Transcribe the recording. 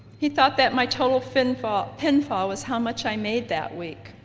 he thought that my total pin fall pin fall was how much i made that week.